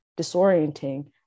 disorienting